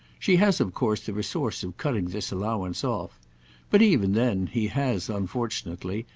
she has of course the resource of cutting this allowance off but even then he has unfortunately,